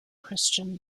christian